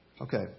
Okay